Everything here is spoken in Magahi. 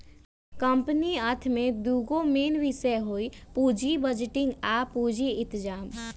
कंपनी अर्थ में दूगो मेन विषय हइ पुजी बजटिंग आ पूजी इतजाम